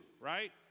right